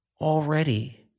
already